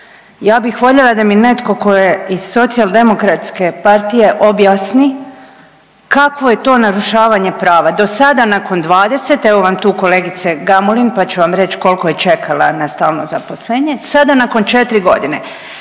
ja bih voljela da mi netko tko je iz Socijaldemokratske partije objasni kakvo je to narušavanje prava. Dosada nakon 20, evo vam tu kolegice Gamulin pa će vam reći koliko je čekala na stalno zaposlenje, sada nakon 4 godine.